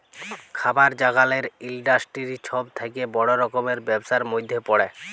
খাবার জাগালের ইলডাসটিরি ছব থ্যাকে বড় রকমের ব্যবসার ম্যধে পড়ে